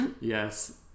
yes